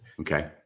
Okay